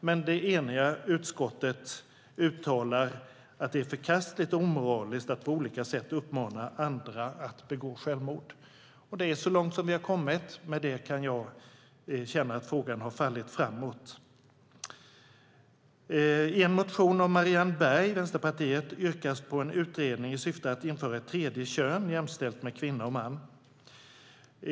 Men ett enigt utskott uttalar att det är förkastligt och omoraliskt att på olika sätt uppmana andra att begå självmord. Det är så långt som vi har kommit. Med detta kan jag känna att frågan har fallit framåt. I en motion av Marianne Berg, Vänsterpartiet, yrkas det på en utredning i syfte att införa ett tredje kön jämställt med kvinna och man.